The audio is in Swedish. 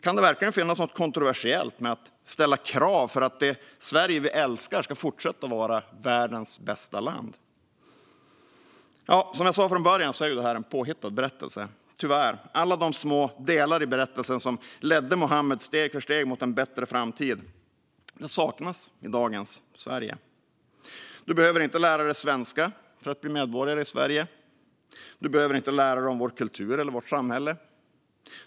Kan det verkligen finnas något kontroversiellt med att ställa krav för att det Sverige vi älskar ska fortsätta att vara världens bästa land? Som jag sa i början är det här tyvärr en påhittad berättelse. Alla de små delar i berättelsen som steg för steg ledde Muhammed mot en bättre framtid saknas i dagens Sverige. Du behöver inte lära dig svenska för att bli medborgare i Sverige. Du behöver inte lära dig om vår kultur eller vårt samhälle.